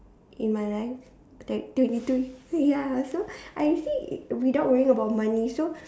in my life like twenty two ya so I see without worrying about money so